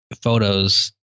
photos